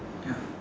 ya